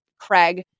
Craig